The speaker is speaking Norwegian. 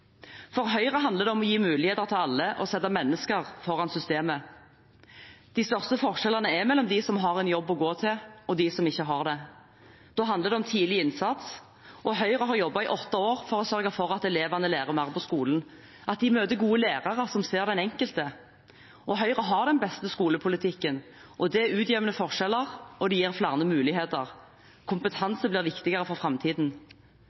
For Høyre handler det om å gi muligheter til alle og sette mennesker foran systemet. De største forskjellene er mellom dem som har en jobb å gå til, og dem som ikke har det. Da handler det om tidlig innsats. Høyre har jobbet i åtte år for å sørge for at elevene lærer mer på skolen, at de møter gode lærere som ser den enkelte. Høyre har den beste skolepolitikken. Det utjevner forskjeller, og det gir flere muligheter. Kompetanse blir viktigere for framtiden.